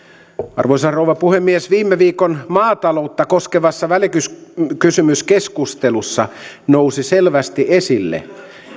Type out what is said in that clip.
arvoisa rouva puhemies viime viikon maataloutta koskevassa välikysymyskeskustelussa nousi selvästi esille